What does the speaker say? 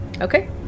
okay